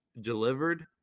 delivered